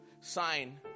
sign